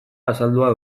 azaldua